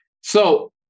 So-